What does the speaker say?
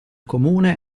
comune